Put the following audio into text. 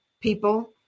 people